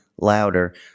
louder